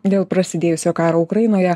dėl prasidėjusio karo ukrainoje